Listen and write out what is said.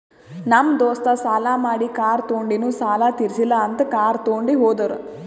ನಮ್ ದೋಸ್ತ ಸಾಲಾ ಮಾಡಿ ಕಾರ್ ತೊಂಡಿನು ಸಾಲಾ ತಿರ್ಸಿಲ್ಲ ಅಂತ್ ಕಾರ್ ತೊಂಡಿ ಹೋದುರ್